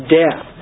death